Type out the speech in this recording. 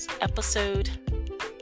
episode